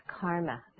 karma